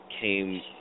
came